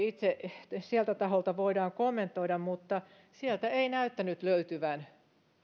itse stmn taholta kommentoida mutta sieltä ei näyttänyt löytyvän